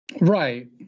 right